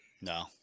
No